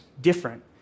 different